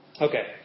Okay